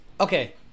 okay